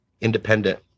independent